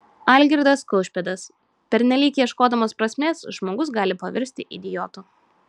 algirdas kaušpėdas pernelyg ieškodamas prasmės žmogus gali pavirsti idiotu